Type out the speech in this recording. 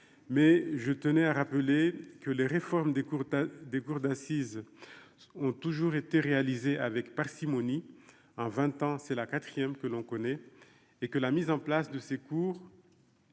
mais je tenais à rappeler que les réformes des cours des cours d'assises ont toujours été réalisé avec parcimonie en 20 ans, c'est la quatrième, que l'on connaît et que la mise en place de ces cours.